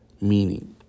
meaning